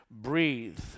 Breathe